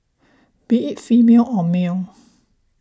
be it female or male